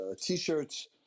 t-shirts